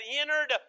entered